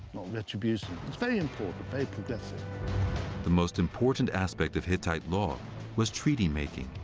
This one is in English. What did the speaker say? retribution. it's very important, very progressive. the most important aspect of hittite law was treaty making.